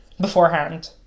beforehand